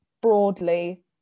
broadly